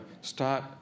start